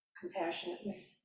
compassionately